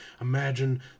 imagine